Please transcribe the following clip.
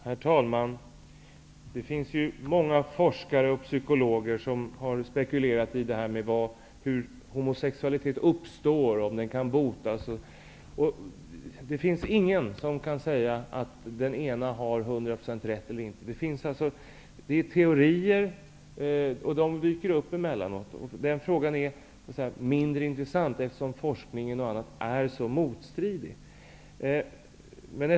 Herr talman! Det finns många forskare och psykologer som har spekulerat i hur homosexualitet uppstår och om den kan botas. Ingen kan säga att den ena eller den andra har hundraprocentigt rätt eller inte. Det är teorier som dyker upp allt emellenåt. Frågan är mindre intressant, eftersom forskningen är så motstridig.